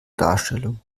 darstellung